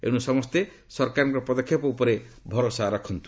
ଏଣୁ ସମସ୍ତେ ସରକାରଙ୍କ ପଦକ୍ଷେପ ଉପରେ ଭରସା ରଖନ୍ତୁ